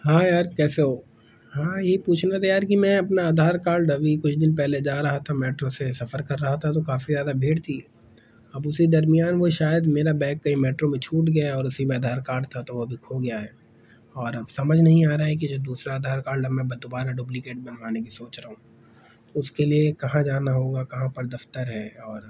ہاں یار کیسے ہو ہاں یہی پوچھنا تھا یار کہ میں اپنا آدھار کارڈ اوی کچھ دن پہلے جا رہا تھا میٹرو سے سفر کر رہا تو کافی زیادہ بھیڑ تھی اب اسی درمیان وہ شاید میرا بیگ کہیں میٹرو میں چھوٹ گیا اور اسی میں آدھار کارڈ تھا تو وہ بھی کھو گیا ہے اور اب سمجھ نہیں آ رہا ہے کہ جو دوسرا آدھار کارڈ اب میں دوبارہ ڈبلیکیٹ بنوانے کی سوچ رہا ہوں اس کے لیے کہاں جانا ہوگا کہاں پر دفتر ہے اور